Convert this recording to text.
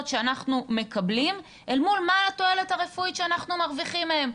שאנחנו מקבלים אל מול מה התועלת הרפואית שאנחנו מרוויחים מהם.